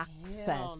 access